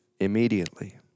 Immediately